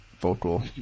vocal